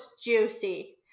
juicy